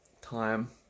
time